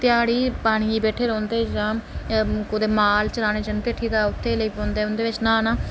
दिहाड़ी पानियै च बैठे दे रौहंदे कुदै माल चरानै गी जंदे उठी जंदे ते उंदे कोल लगदे न्हाना